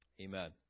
Amen